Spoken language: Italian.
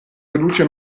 produce